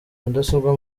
mudasobwa